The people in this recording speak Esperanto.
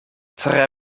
tre